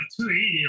280